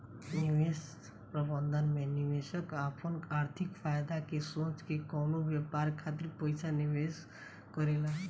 निवेश प्रबंधन में निवेशक आपन आर्थिक फायदा के सोच के कवनो व्यापार खातिर पइसा निवेश करेला